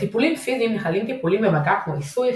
בטיפולים פיזיים נכללים טיפולים במגע כמו עיסוי,